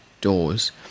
doors